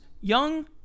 young